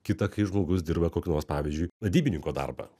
kitą kai žmogus dirba kokį nors pavyzdžiui vadybininko darbą